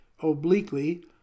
obliquely